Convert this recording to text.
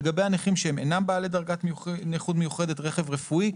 לגבי הנכים שהם אינם בעלי דרגת נכות מיוחדת רכב רפואי,